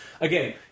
again